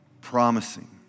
Promising